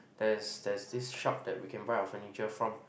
there is there's this shop that we can buy our furniture from